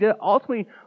Ultimately